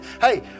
hey